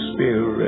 Spirit